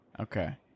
okay